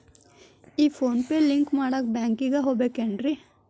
ಈ PhonePe link ಮಾಡಾಕ ಬ್ಯಾಂಕಿಗೆ ಹೋಗ್ಬೇಕೇನ್ರಿ?